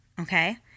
Okay